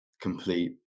complete